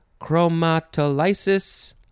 chromatolysis